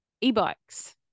e-bikes